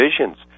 visions